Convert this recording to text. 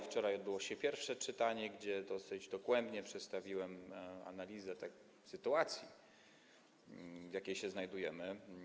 Wczoraj odbyło się pierwsze czytanie i dosyć dogłębnie przedstawiłem analizę sytuacji, w jakiej się znajdujemy.